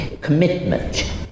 commitment